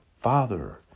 Father